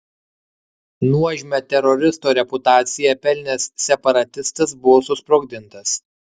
nuožmią teroristo reputaciją pelnęs separatistas buvo susprogdintas